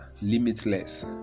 limitless